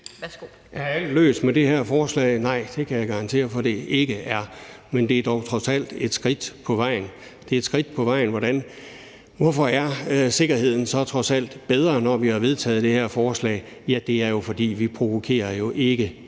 (V): Er alt løst med det her forslag? Nej, det kan jeg garantere for det ikke er, men det er dog trods alt et skridt på vejen. Hvorfor er sikkerheden så trods alt bedre, når vi har vedtaget det her forslag? Ja, det er jo, fordi vi ikke provokerer længere